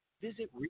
Visit